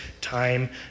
time